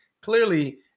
clearly